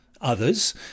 Others